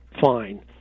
fine